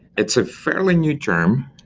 it's a fairly new term,